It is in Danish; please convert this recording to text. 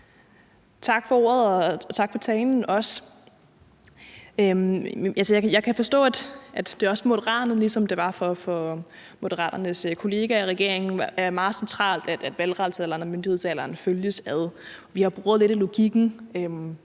Tak for ordet. Og tak for talen. Jeg kan forstå, at det for Moderaterne ligesom for Moderaternes kollegaer i regeringen er meget centralt, at valgretsalderen og myndighedsalderen følges ad. Vi har boret lidt i logikken,